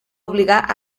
obligar